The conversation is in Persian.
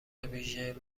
ویژه